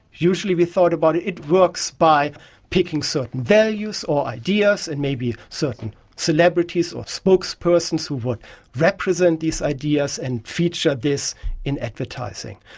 usually we thought about, it it works by picking certain values or ideas and maybe certain celebrities or spokespersons who would represent these ideas and feature this in advertising.